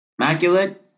Immaculate